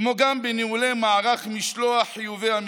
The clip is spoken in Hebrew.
כמו גם בניהול מערך משלוח חיובי המיסים.